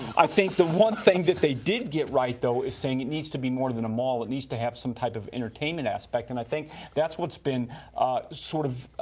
i think the one thing that they did get right, though, is saying it needs to be more than a mall. it needs to have some type of entertainment aspect. and i think that's what's been sort of